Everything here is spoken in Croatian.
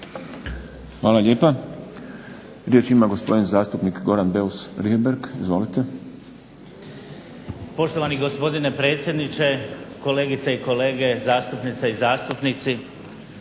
Hvala lijepa. Riječ ima gospodin zastupnik Goran Beus Richembergh. Izvolite. **Beus Richembergh, Goran (HNS)** Poštovani gospodine predsjedniče, kolegice i kolege, zastupnice i zastupnici.